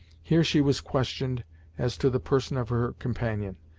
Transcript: here she was questioned as to the person of her companion,